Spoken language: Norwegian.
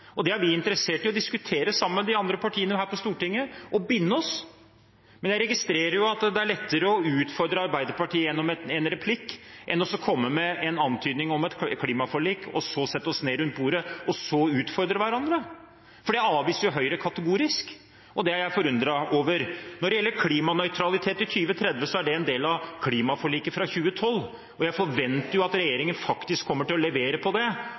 og det er vi interessert i å diskutere sammen med de andre partiene her på Stortinget og binde oss til. Men jeg registrerer at det er lettere å utfordre Arbeiderpartiet gjennom en replikk enn å komme med en antydning om et klimaforlik, og så sette oss ned rundt bordet og utfordre hverandre – for det avviser jo Høyre kategorisk. Det er jeg forundret over. Når det gjelder klimanøytralitet i 2030, er det en del av klimaforliket fra 2012. Jeg forventer at regjeringen faktisk kommer til å levere på det